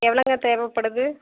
எவ்வளோங்க தேவைப்படுது